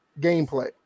gameplay